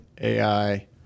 AI